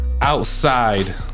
outside